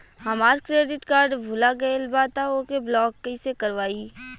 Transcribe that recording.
हमार credit card भुला गएल बा त ओके ब्लॉक कइसे करवाई?